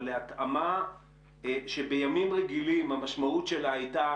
אבל להתאמה שבימים רגילים המשמעות שלה הייתה